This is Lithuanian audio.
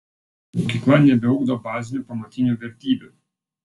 mokykla nebeugdo bazinių pamatinių vertybių